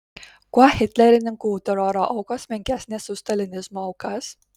kuo hitlerininkų teroro aukos menkesnės už stalinizmo aukas